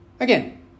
Again